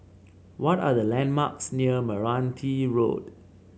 what are the landmarks near Meranti Road